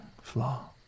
flaw